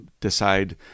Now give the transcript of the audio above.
decide